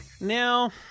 Now